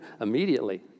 Immediately